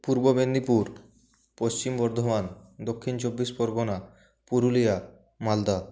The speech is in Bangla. পূর্ব মেদিনীপুর পশ্চিম বর্ধমান দক্ষিণ চব্বিশ পরগণা পুরুলিয়া মালদা